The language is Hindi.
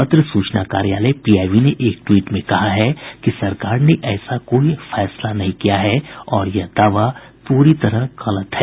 पत्र सूचना कार्यालय पीआईबी ने एक ट्वीट में कहा है कि सरकार ने ऐसा कोई फैसला नहीं किया है और यह दावा पूरी तरह गलत है